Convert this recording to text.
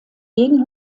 jeden